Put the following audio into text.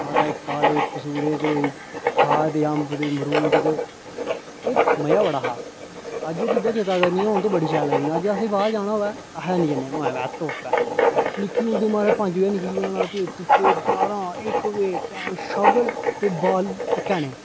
महाराज काले पसूड़े ते खा दे अम्ब ते मरूद ते एह् मजा बड़ा हा अज्ज ओह् चीजां चेता करनियां होन ते बड़ी शैल लगदियां अज्ज असें बाह्र जाना होऐ नेईं जंदे मोए माएं तुप्प ऐ निक्के होंदे महाराज पंज बजे निकली जाना ते तुप्पे बारां इक्क बजे शक्ल ते बाल इक्कै नेआ